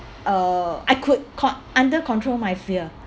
uh I could con~ under control my fear